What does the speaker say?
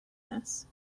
this